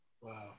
Wow